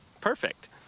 Perfect